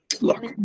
Look